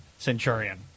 centurion